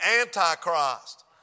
Antichrist